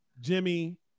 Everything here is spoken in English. Jimmy